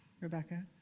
Rebecca